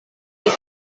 tiel